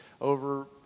over